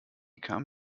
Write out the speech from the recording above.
kam